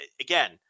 again